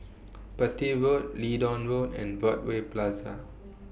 Petir Road Leedon Road and Broadway Plaza